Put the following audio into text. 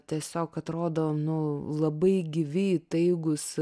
tiesiog atrodo nu labai gyvi įtaigūs